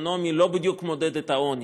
סוציו-אקונומי לא בדיוק מודד את העוני,